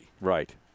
Right